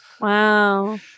Wow